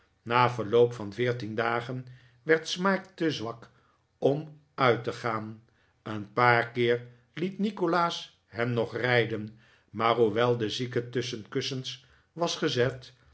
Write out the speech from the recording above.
na verloop van veertien dagen werd smike te zwak om uit te gaan een paar keer liet nikolaas hem nog rijden maar hoewel de zieke tusschen kussens was gezet